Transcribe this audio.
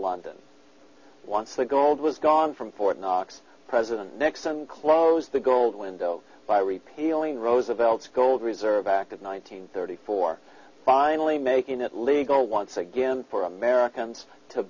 london once the gold was gone from fort knox president nixon closed the gold window by repealing roosevelt's gold reserve back in one nine hundred thirty four finally making it legal once again for americans to